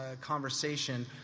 conversation